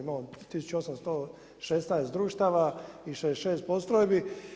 Imamo 1816 društava i 66 postrojbi.